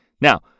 Now